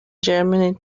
germany